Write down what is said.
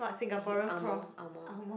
he angmoh angmoh